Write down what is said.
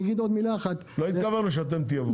לא התכוונו שאתם תייבאו.